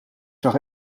zag